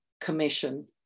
commission